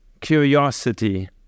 curiosity